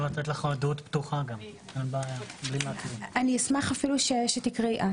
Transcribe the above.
אני אשמח שתקראי את.